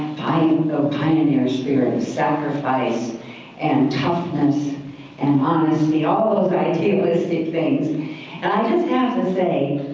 you know kind of you know spirit, sacrifice and toughness and honesty. all of those idealistic things. and i just have to say,